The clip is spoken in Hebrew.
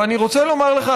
ואני רוצה לומר לך,